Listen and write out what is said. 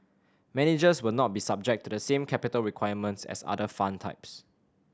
managers will not be subject to the same capital requirements as other fund types